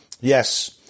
Yes